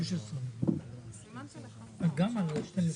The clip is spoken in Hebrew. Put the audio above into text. יש קריטריון חדש של משרד החינוך על בניית כיתות?